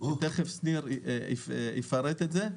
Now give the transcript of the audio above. תכף שניר יפרט את זה,